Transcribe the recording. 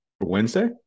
Wednesday